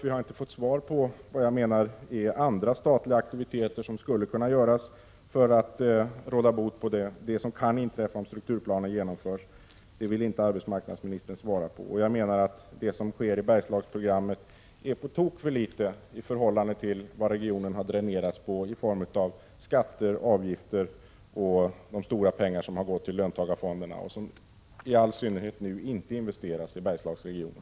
Arbetsmarknadsministern vill inte ge något besked om andra statliga aktiviteter, som skulle kunna sättas in för att råda bot på det som kan inträffa, om strukturplanen genomförs. Det som satsas i Bergslagsprogrammet är på tok för litet i förhållande till vad regionen har dränerats på i form av skatter och avgifter och i synnerhet de stora summor som har gått till löntagarfonderna, pengar som inte investeras i Bergslagsregionen.